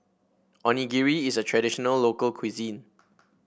onigiri is a traditional local cuisine